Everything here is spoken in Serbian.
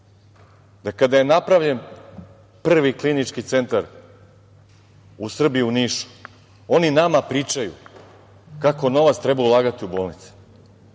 da kada je napravljen prvi Klinički centar u Srbiji i u Nišu, oni nama pričaju kako novac treba ulagati u bolnice.